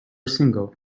single